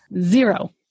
Zero